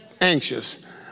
anxious